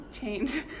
change